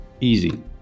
Easy